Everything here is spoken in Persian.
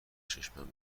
چشمم